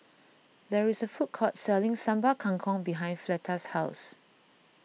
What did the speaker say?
there is a food court selling Sambal Kangkong behind Fleta's house